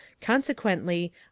consequently